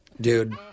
dude